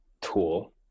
tool